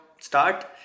start